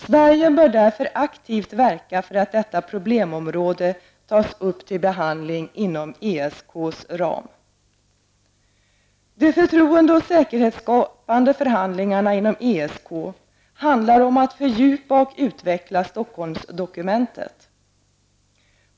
Sverige bör därför aktivt verka för att detta problemområde tas upp till behandling inom ESKs ram. De förtroende och säkerhetsskapande förhandlingarna inom ESK handlar om att fördjupa och utveckla Stockholmsdokumentet.